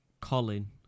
Colin